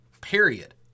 period